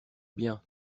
bien